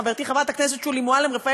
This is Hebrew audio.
חברתי חברת הכנסת שולי מועלם-רפאלי